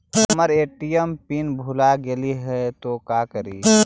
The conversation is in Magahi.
हमर ए.टी.एम पिन भूला गेली हे, तो का करि?